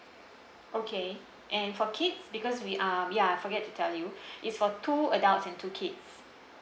okay and for kids because we are we are forget to tell it's for two adults and two kids